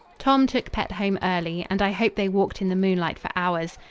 tom took pet home early, and i hope they walked in the moonlight for hours.